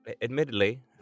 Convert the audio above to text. Admittedly